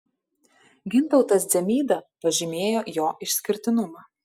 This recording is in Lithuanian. gintautas dzemyda pažymėjo jo išskirtinumą